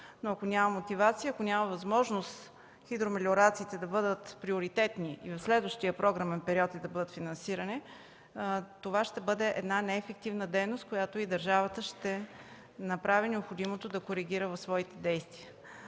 но ако няма мотивация, ако няма възможност хидромелиорациите да бъдат приоритетни и за следващия програмен период и да бъдат финансирани, това ще бъде една неефективна дейност, която и държавата ще направи необходимото да коригира в своите действия.